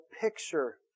picture